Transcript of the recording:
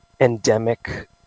Endemic